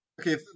okay